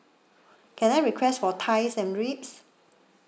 can I request for thighs and ribs